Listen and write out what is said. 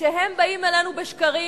כשהם באים אלינו בשקרים,